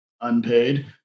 unpaid